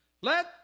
let